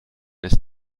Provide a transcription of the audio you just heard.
ist